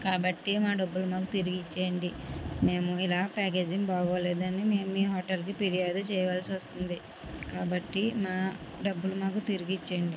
కాబట్టి మా డబ్బులు మాకు తిరిగి ఇవ్వండి మేము ఇలా ప్యాకేజింగ్ బాగోలేదు అని మీ హోటల్కు ఫిర్యాదు చేయవల్సి వస్తుంది కాబట్టి మా డబ్బులు మాకు తిరిగి ఇవ్వండి